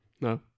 no